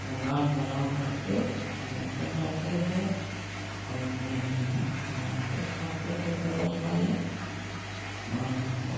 वह बाँध बराव करके तब लेकर जाते उसे औ तब अपने घर में बनाते खाते थे परोस वाले और हमको